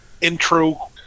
intro